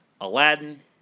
Aladdin